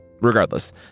Regardless